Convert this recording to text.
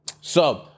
So-